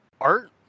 art